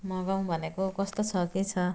मगाऊँ भनेको के छ कस्तो छ